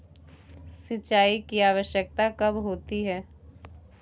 सिंचाई की आवश्यकता कब होती है?